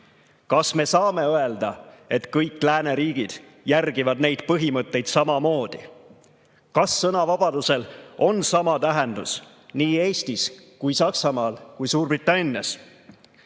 Kas me saame öelda, et kõik lääneriigid järgivad neid põhimõtteid samamoodi? Kas sõnavabadusel on sama tähendus nii Eestis, Saksamaal kui ka Suurbritannias?